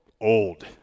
old